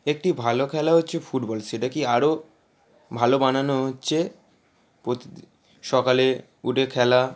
একটি ভালো খেলা হচ্ছে ফুটবল সেটা কি আরো ভালো বানানো হচ্ছে সকালে উঠে খেলা